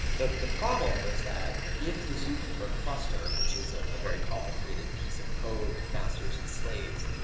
the the problem is that if the zookeeper cluster, which is a ah very complicated piece of code, with masters and slaves,